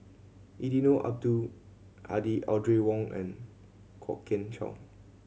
Eddino Abdul Hadi Audrey Wong and Kwok Kian Chow